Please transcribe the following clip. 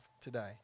today